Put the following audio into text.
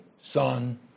Son